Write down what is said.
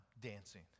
dancing